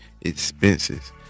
expenses